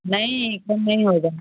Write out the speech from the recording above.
नहीं कम नहीं होगा